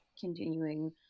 continuing